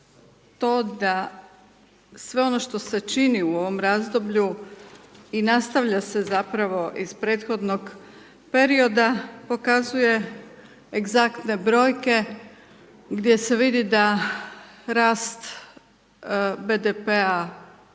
to da sve ono što se čini u ovom razdoblju i nastavlja se zapravo iz prethodnog perioda, pokazuje egzaktne brojke gdje se vidi da rast BDP-a